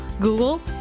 Google